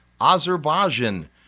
Azerbaijan